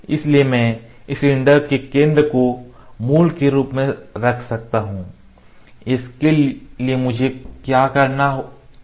इसलिए मैं इस सिलेंडर के केंद्र को मूल के रूप में रख सकता हूं उसके लिए मुझे क्या करना है